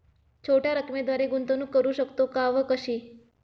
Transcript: छोट्या रकमेद्वारे गुंतवणूक करू शकतो का व कशी?